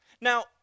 Now